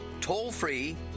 toll-free